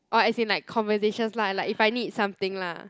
orh as in like conversation lah like if I need something lah